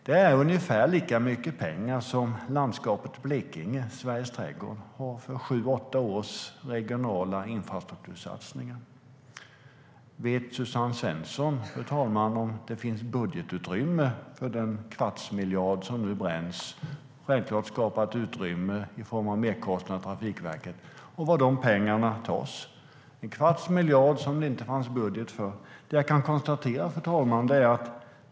Det är ungefär lika mycket pengar som landskapet Blekinge, Sveriges trädgård, har för sju åtta års regionala infrastruktursatsningar. Fru talman!